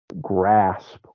grasp